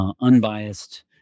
unbiased